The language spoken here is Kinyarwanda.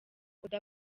oda